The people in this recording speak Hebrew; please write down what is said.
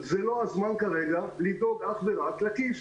זה לא הזמן כרגע לדאוג אך ורק לכיס,